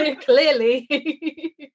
clearly